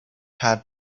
had